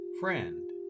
Friend